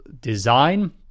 design